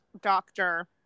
doctor